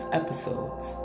episodes